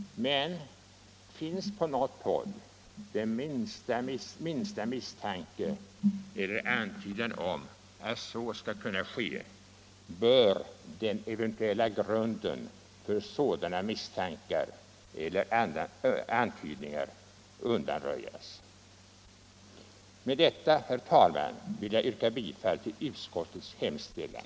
Men finns på något håll den minsta misstanke eller antydan om att så skulle kunna ske, bör den eventuella grunden för sådana misstankar eller antydningar undanröjas. Med detta, herr talman, yrkar jag bifall till utskottets hemställan.